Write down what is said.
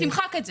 תמחק את זה.